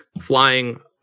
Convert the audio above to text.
flying